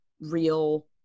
real